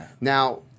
Now